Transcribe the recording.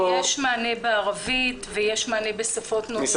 יש מענה בערבית ויש מענה בשפות נוספות.